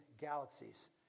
galaxies